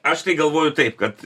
aš tai galvoju taip kad